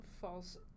falls